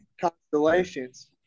constellations